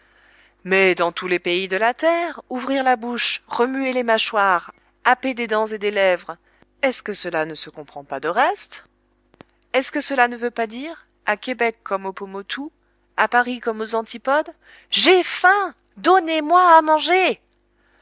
mais dans tous les pays de la terre ouvrir la bouche remuer les mâchoires happer des dents et des lèvres est-ce que cela ne se comprend pas de reste est-ce que cela ne veut pas dire à québec comme aux pomotou à paris comme aux antipodes j'ai faim donnez-moi à manger